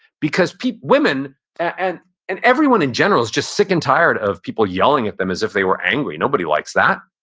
because women and and everyone in general is just sick and tired of people yelling at them as if they were angry. nobody likes that